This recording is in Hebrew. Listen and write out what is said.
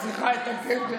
טוב.